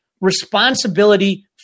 Responsibility